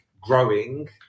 growing